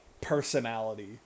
personality